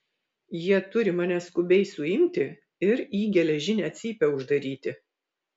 jie turi mane skubiai suimti ir į geležinę cypę uždaryti